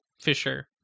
Fisher